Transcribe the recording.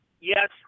Yes